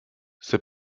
ses